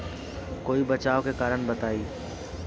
कोई बचाव के कारण बताई?